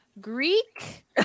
Greek